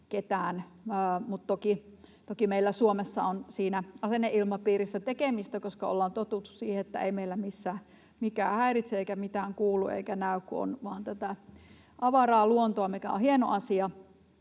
Mutta toki meillä Suomessa on siinä asenneilmapiirissä tekemistä, koska me ollaan totuttu siihen, että ei meillä missään mikään häiritse eikä mitään kuulu eikä näy, kun on vain tätä avaraa luontoa, mikä on hieno asia.